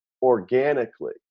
organically